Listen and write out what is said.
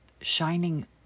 shining